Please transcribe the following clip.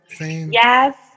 yes